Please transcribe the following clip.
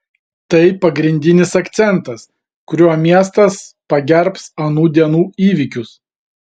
tai pagrindinis akcentas kuriuo miestas pagerbs anų dienų įvykius